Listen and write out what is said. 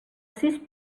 sis